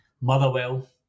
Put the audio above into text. motherwell